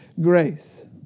grace